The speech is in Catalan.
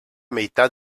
meitat